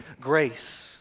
grace